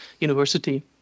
University